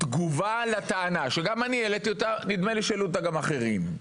שהיו דיונים רציניים ונגעו בנושאים עצמם,